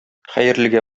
хәерлегә